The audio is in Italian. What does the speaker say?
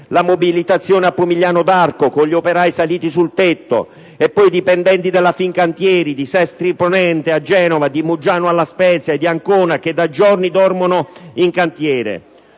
la mobilitazione a Pomigliano d'Arco, con gli operai saliti sul tetto, e poi i dipendenti della Fincantieri di Sestri Ponente a Genova, di Muggiano a La Spezia e di Ancona, che da giorni dormono in cantiere.